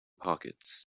pockets